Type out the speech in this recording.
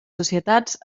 societats